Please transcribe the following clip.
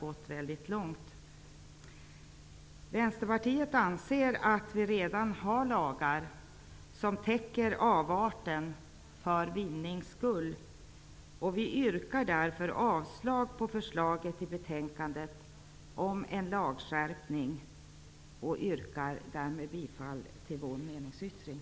gått väldigt långt. Vänsterpartiet anser att vi redan har lagar som täcker avarten ''för vinnings skull''. Därför yrkar jag avslag på förslaget i betänkandet om en lagskärpning och bifall till vår meningsyttring.